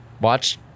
watch